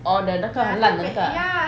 orh the 那个很烂的那个 ah